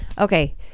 Okay